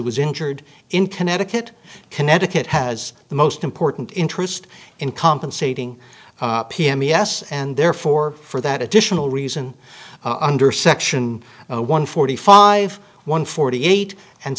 was injured in connecticut connecticut has the most important interest in compensating pm yes and therefore for that additional reason under section one forty five one forty eight and